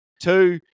Two